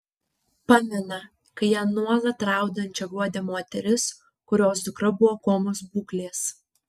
pamena kai ją nuolat raudančią guodė moteris kurios dukra buvo komos būklės